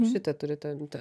šita turi ten tą